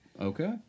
Okay